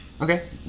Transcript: Okay